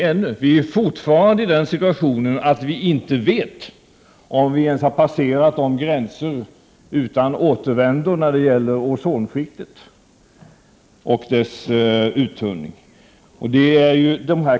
Vi är nämligen fortfarande i den situationen att vi inte vet om vi ens har passerat gränser utan återvändo när det gäller uttunningen av ozonskiktet.